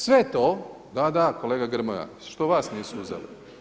Sve to, da, da kolega Grmoja što vas nisu uzeli?